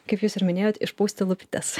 kaip jūs ir minėjot išpūsti lūpytes